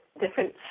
different